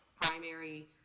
primary